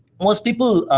most people